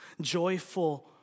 Joyful